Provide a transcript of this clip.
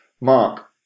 Mark